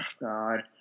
God